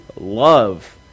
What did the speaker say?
love